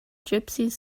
gypsies